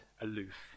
aloof